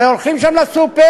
הרי הולכים לסופר: